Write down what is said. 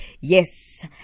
yes